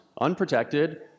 unprotected